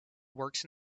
works